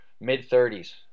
mid-30s